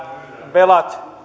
velat